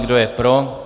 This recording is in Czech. Kdo je pro?